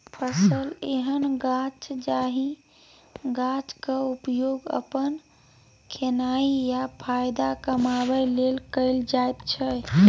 फसल एहन गाछ जाहि गाछक उपयोग अपन खेनाइ या फाएदा कमाबै लेल कएल जाइत छै